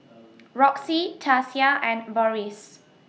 Roxie Tasia and Boris